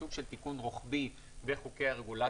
סוג של תיקון רוחבי בחוקי הרגולציה השונים.